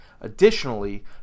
Additionally